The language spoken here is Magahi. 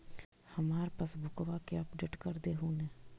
हमार पासबुकवा के अपडेट कर देहु ने?